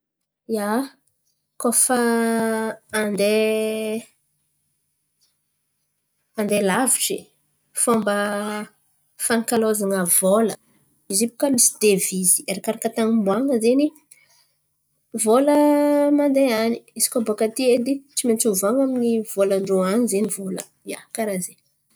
Ia, koa fa handeha handeha lavitry, fômba fan̈ankalôzan̈a vôla izy io baka misy devizy arakaraka tan̈y omboan̈a zen̈y vôla mandeha an̈y. Izy koa bòka aty edy tsy maintsy ovoan̈a amin'ny vôlan-drô an̈y zen̈y vôla. Ia, karà zen̈y.